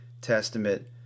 Testament